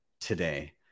today